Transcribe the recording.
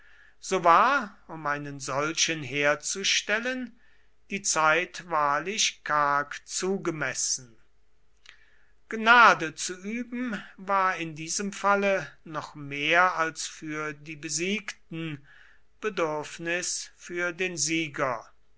so war um einen solchen herzustellen die zeit wahrlich karg zugemessen gnade zu üben war in diesem falle noch mehr als für die besiegten bedürfnis für den sieger